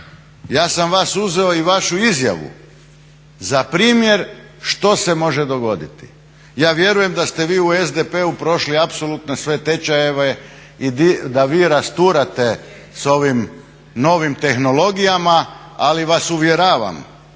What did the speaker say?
ja sam vas uzeo i vašu izjavu za primjer što se može dogoditi. Ja vjerujem da ste vi u SDP-u prošli apsolutno sve tečajeve i da vi rasturate s ovim novim tehnologijama, ali vas uvjeravam